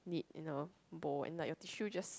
it in a bowl and like your tissue just